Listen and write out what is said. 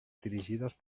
dirigides